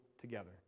together